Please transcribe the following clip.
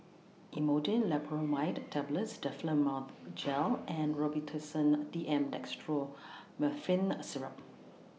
Imodium Loperamide Tablets Difflam Mouth Gel and Robitussin A D M Dextromethorphan A Syrup